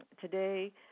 today